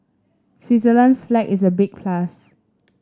Switzerland's flag is a big plus